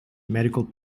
medical